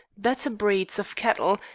better breeds of cattle,